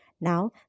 Now